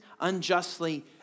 unjustly